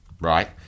right